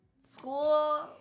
school